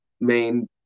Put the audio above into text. main